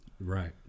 Right